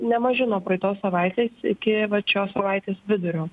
nemaži nuo praeitos savaitės iki vat šios savaitės vidurio